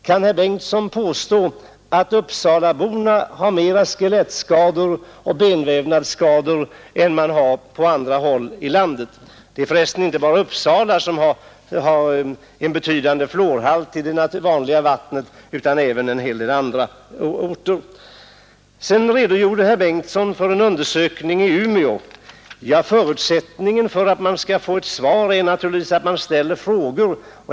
Kan herr Bengtsson påstå att uppsalaborna har fler skelettskador eller benvävnadsskador än man har på andra håll i landet? Det är för resten inte bara Uppsala som har en betydande fluorhalt i sitt vatten, utan det har även en hel del andra orter. Herr Bengtsson redogjorde för en undersökning i Umeå. Förutsättningen för att man skall få ett svar är naturligtvis att man ställer frågor.